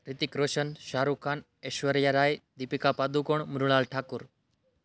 Hrithik Roshan Shahrukh Khan Aishwarya Rai Deepika Padukone Mrunal Thakur